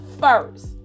first